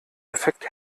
effekt